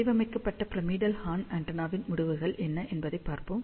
வடிவமைக்கப்பட்ட pyramidal horn ஆண்டெனாவின் முடிவுகள் என்ன என்பதைப் பார்ப்போம்